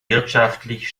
wirtschaftlich